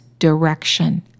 direction